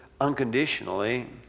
unconditionally